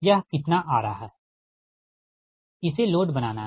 यह कितना आ रहा है इसे लोड बनाना है